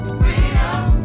freedom